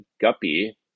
guppy